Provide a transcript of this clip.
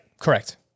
Correct